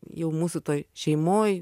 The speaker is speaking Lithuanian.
jau mūsų toj šeimoj